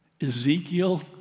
Ezekiel